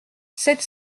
sept